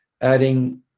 adding